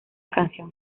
canción